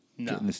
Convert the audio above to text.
No